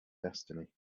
destiny